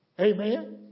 Amen